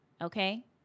Okay